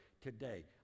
today